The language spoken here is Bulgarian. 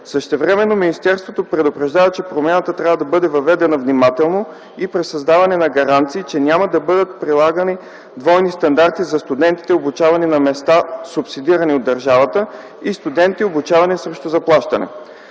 Същевременно министерството предупреждава, че промяната трябва да бъде въведена внимателно и при създаване на гаранции, че няма да бъде прилаган двоен стандарт за студентите, обучавани на места, субсидирани от държавата и студентите, обучавани срещу заплащане.